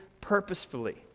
purposefully